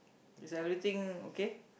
is everything okay